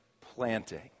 planting